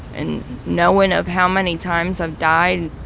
and knowing of how many times i've died,